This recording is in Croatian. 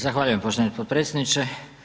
Zahvaljujem poštovani potpredsjedniče.